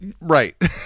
right